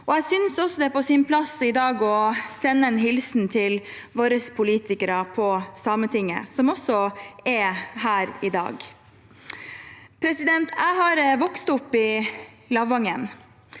Jeg synes også det er på sin plass i dag å sende en hilsen til våre politikere på Sametinget, som også er her i dag. Jeg har vokst opp i Lavangen.